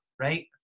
right